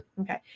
okay